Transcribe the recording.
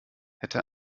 hätte